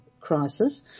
crisis